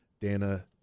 Dana